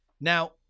Now